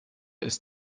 ist